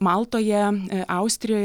maltoje austrijoje